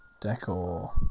Decor